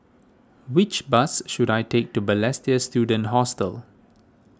which bus should I take to Balestier Student Hostel